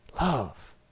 love